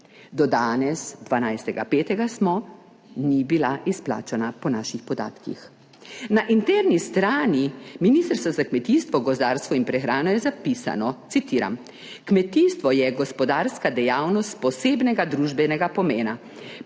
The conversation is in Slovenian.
Do danes, 12. 5. smo, ni bila izplačana po naših podatkih. Na interni strani Ministrstva za kmetijstvo, gozdarstvo in prehrano je zapisano, citiram: »Kmetijstvo je gospodarska dejavnost posebnega družbenega pomena,